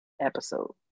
episode